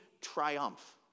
triumph